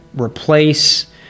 replace